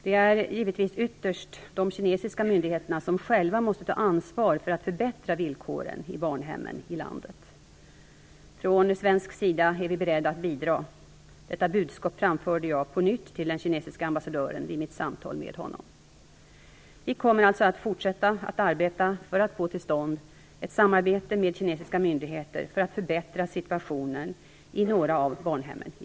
Det är givetvis ytterst de kinesiska myndigheterna som själva måste ta ansvar för att förbättra villkoren i barnhemmen i landet. Från svensk sida är vi beredda att bidra. Detta budskap framförde jag på nytt till den kinesiske ambassadören vid mitt samtal med honom. Vi kommer alltså att fortsätta att arbeta för att få till stånd ett samarbete med kinesiska myndigheter för att förbättra situationen i några av barnhemmen i